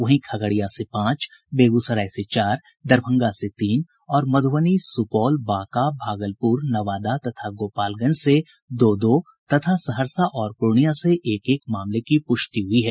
वहीं खगड़िया से पांच बेगूसराय में चार दरभंगा से तीन और मध्ुबनी सुपौल बांका भागलपुर नवादा तथा गोपालगंज से दो दो तथा सहरसा और पूर्णिया से एक एक मामले की पुष्टि हुई है